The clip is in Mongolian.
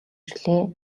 ирлээ